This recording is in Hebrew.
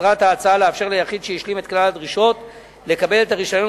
ומטרת ההצעה לאפשר ליחיד שהשלים את כלל הדרישות לקבל את הרשיון